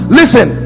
listen